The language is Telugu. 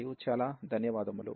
మరియు చాలా ధన్యవాదాలు